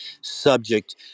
subject